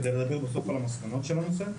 כדי לדבר בסוף על מסקנות הנושא.